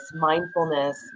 mindfulness